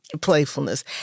playfulness